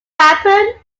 happened